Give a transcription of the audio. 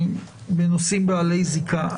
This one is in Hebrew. בנושאים בעלי זיקה.